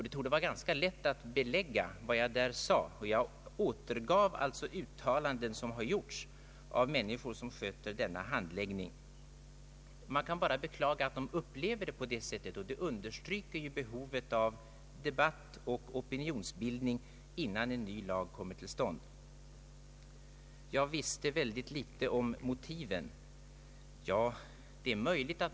Det torde vara ganska lätt att belägga vad jag sade, ty jag återgav uttalanden som gjorts av människor som sysslar med denna rådgivning. Det är bara att beklaga att de upplever situationen på det sätt jag relaterade. Det understryker behovet av ytterligare debatt och opinionsbildning innan en ny lag kommer till stånd. Fru Elvy Olsson påstod att jag visste väldigt litet om motiven bakom abortansökningarna.